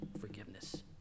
forgiveness